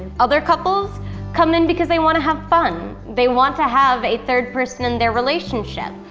other couples come in because they wanna have fun. they want to have a third person in their relationship.